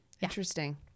Interesting